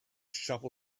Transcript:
shovel